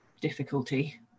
difficulty